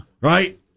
Right